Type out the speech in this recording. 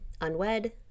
unwed